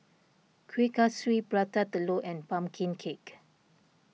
Kuih Kaswi Prata Telur and Pumpkin Cake